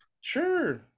Sure